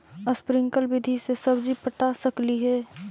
Sprinkle विधि से सब्जी पटा सकली हे?